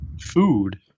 Food